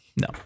No